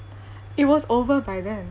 it was over by then